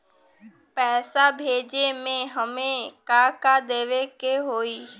पैसा भेजे में हमे का का देवे के होई?